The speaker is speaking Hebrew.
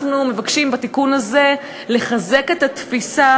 אנחנו מבקשים בתיקון הזה לחזק את התפיסה